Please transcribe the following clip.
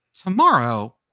tomorrow